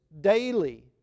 daily